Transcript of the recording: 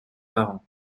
parents